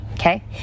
Okay